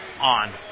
on